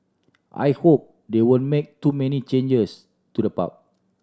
I hope they won't make too many changes to the park